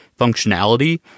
functionality